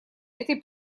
этой